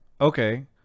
Okay